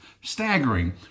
Staggering